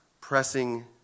pressing